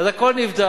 אז הכול נבדק.